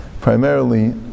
primarily